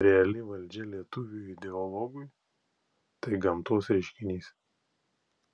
reali valdžia lietuviui ideologui tai gamtos reiškinys